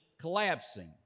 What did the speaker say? collapsing